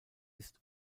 ist